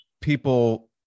people